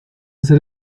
hace